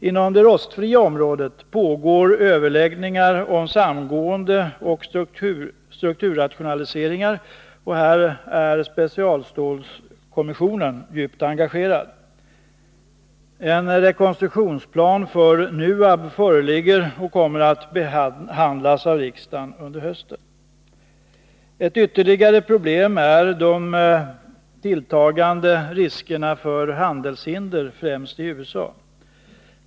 Inom det rostfria området pågår överläggningar om samgående och strukturrationaliseringar, och här är specialstålskommissionen djupt engagerad. En rekonstruktionsplan för NUAB föreligger och kommer att behandlas av riksdagen under hösten. Ett ytterligare problem är de tilltagande riskerna för handelshinder främst i USA.